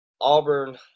Auburn –